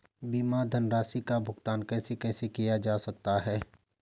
बीमा धनराशि का भुगतान कैसे कैसे किया जा सकता है?